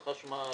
חשמל,